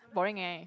boring eh